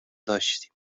داشتیم